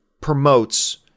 promotes